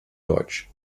deutsch